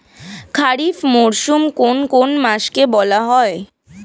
খারিফ মরশুম কোন কোন মাসকে বলা হয়?